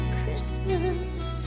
Christmas